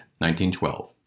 1912